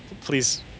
Please